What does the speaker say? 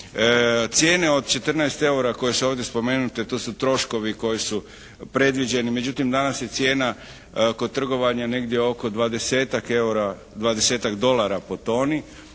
Cijene od 14 eura koje su ovdje spomenute to su troškovi koji su predviđeni. Međutim, danas je cijena kod trgovanja negdje oko dvadesetak